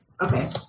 Okay